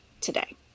today